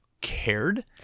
cared